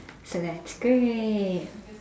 so that's great